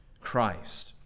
Christ